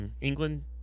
England